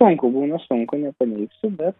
sunku būna sunku nepaneigsiu bet